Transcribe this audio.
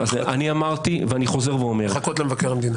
אני אמרתי ואני חוזר ואומר --- לחכות למבקר המדינה.